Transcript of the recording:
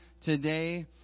today